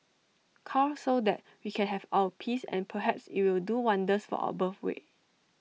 cull so that we can have our peace and perhaps it'll do wonders for our birthrate